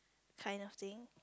kind of thing